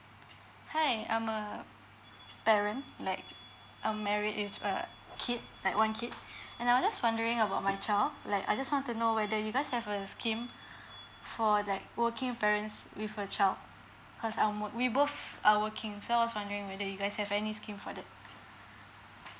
hi I'm a parent like I'm married with a kid like one kid and I was just wondering about my child like I just want to know whether you guys have a scheme for like working parents with a child cause I almost we both are working so I was wondering whether you guys have any scheme for that